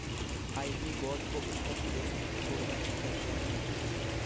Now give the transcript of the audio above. ivy gourd को उत्तर प्रदेश में कुद्रुन कहते हैं